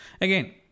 Again